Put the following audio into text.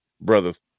Brothers